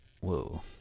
whoa